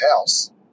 house